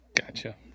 gotcha